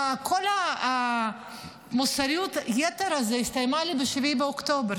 כל מוסריות היתר הזו הסתיימה לי ב-7 באוקטובר.